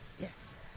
Yes